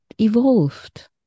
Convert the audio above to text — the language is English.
evolved